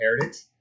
Heritage